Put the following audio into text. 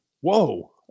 whoa